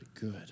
good